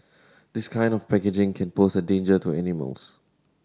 this kind of packaging can pose a danger to animals